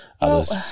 others